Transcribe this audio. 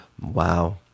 Wow